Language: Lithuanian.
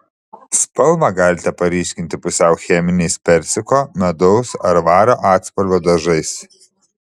spalvą galite paryškinti pusiau cheminiais persiko medaus ar vario atspalvio dažais